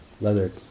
leather